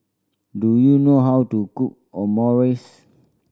do you know how to cook Omurice